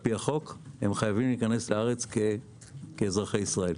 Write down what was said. לפי החוק הם חייבים להיכנס ארצה כאזרחי ישראל.